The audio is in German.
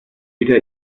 wieder